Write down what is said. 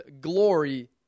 glory